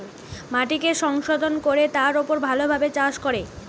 মাটিকে সংশোধন কোরে তার উপর ভালো ভাবে চাষ করে